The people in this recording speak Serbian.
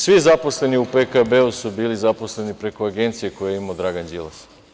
Svi zaposleni u PKB bili zaposleni preko agencije koju je imao Dragan Đilas.